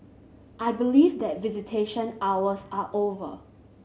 I believe that visitation hours are over